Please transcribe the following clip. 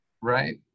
Right